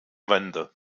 wände